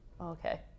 Okay